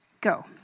Go